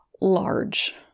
large